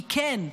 כי כן,